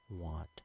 want